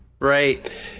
Right